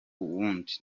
wundi